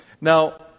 Now